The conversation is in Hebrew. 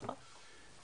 נכון.